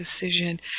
decision